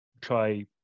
try